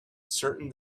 certain